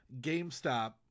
GameStop